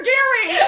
Gary